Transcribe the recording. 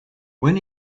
when